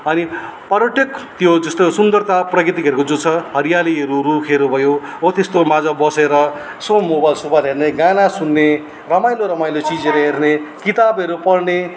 अनि पर्यटक त्यो जस्तो सुन्दरता प्राकृतिकहरूको जो छ हरियालीहरू रूखहरू भयो हो त्यस्तोमाझ बसेर यसो मोबाइल सोबाइल हेर्ने गाना सुन्ने रमाइलो रमाइलो चिजहरू हेर्ने किताबहरू पढ्ने